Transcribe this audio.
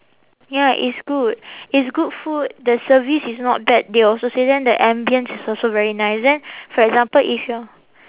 ya it's good it's good food the service is not bad they also say then the ambience is also very nice then for example if your